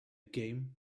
game